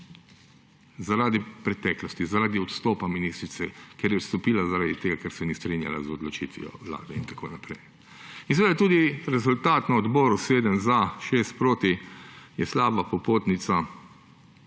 Zaradi preteklosti, zaradi odstopa ministrice, ker je odstopila zaradi tega, ker se ni strinjala z odločitvijo vlade in tako naprej. In seveda je tudi rezultat na odboru sedem za, šest proti, je slaba popotnica